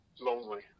lonely